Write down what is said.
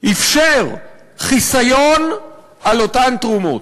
אפשר חיסיון על אותן תרומות.